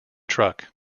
truck